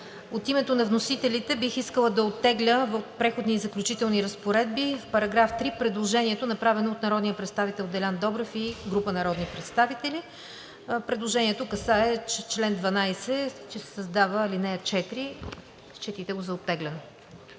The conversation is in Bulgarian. от името на вносителите бих искала да оттегля в „Преходни и заключителни разпоредби“, в § 3 предложението, направено от народния представител Делян Добрев и група народни представители. Предложението да касае, че в чл. 12 се създава ал. 4. Считайте го за оттеглено.